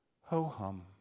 ho-hum